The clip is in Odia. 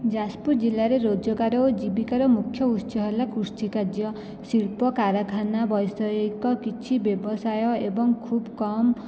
ଯାଜପୁର ଜିଲ୍ଲାରେ ରୋଜଗାର ଓ ଜୀବିକାର ମୁଖ୍ୟ ଉତ୍ସ ହେଲା କୃଷି କାର୍ଯ୍ୟ ଶିଳ୍ପ କାରଖାନା ବୈଷୟିକ କିଛି ବ୍ୟବସାୟ ଏବଂ ଖୁବ କମ